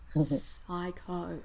psycho